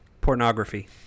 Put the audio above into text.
Pornography